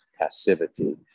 passivity